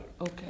Okay